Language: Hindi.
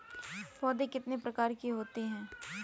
पौध कितने प्रकार की होती हैं?